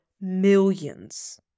millions